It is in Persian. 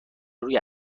روی